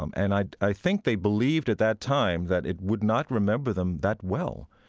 um and i i think they believed at that time that it would not remember them that well,